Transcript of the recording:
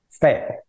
fail